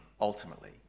ultimately